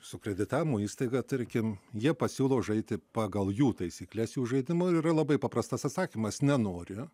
su kreditavimo įstaiga tarkim jie pasiūlo žaisti pagal jų taisykles jų žaidimo ir yra labai paprastas atsakymas nenori